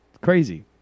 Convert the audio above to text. Crazy